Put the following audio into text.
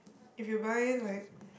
if you buy like